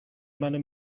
منو